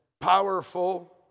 powerful